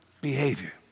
behavior